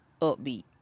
upbeat